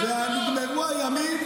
נגמרו הימים,